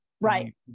Right